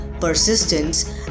persistence